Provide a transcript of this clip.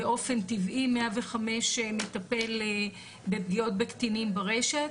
באופן טבעי 105 מטפל בפגיעות בקטינים ברשת,